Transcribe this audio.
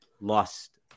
lost